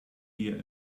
here